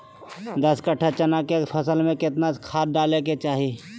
दस कट्ठा चना के फसल में कितना खाद डालें के चाहि?